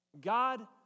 God